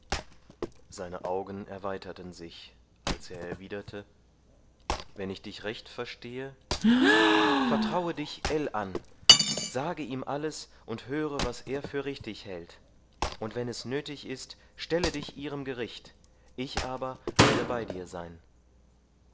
seine augen erweiterten sich als er erwiderte wenn ich dich recht verstehe vertraue dich ell an sage ihm alles und höre was er für richtig hält und wenn es nötig ist stelle dich ihrem gericht ich aber werde bei dir sein